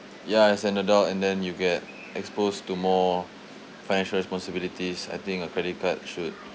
ya as an adult and then you get exposed to more financial responsibilities I think a credit card should